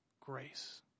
grace